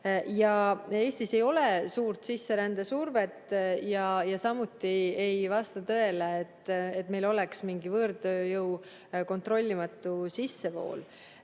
Eestis ei ole suurt sisserändesurvet. Samuti ei vasta tõele, et meil oleks mingi võõrtööjõu kontrollimatu sissevool.